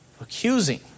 Accusing